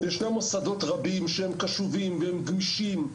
ישנם מוסדות רבים שהם קשובים והם גמישים,